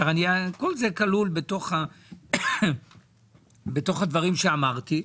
כל זה כלול בדברים שאמרתי.